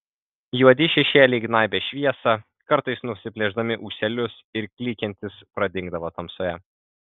juodi šešėliai gnaibė šviesą kartais nusiplėšdami ūselius ir klykiantys pradingdavo tamsoje